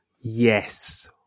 Yes